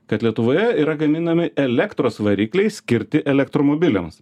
kad lietuvoje yra gaminami elektros varikliai skirti elektromobiliams